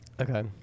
okay